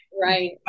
right